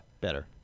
Better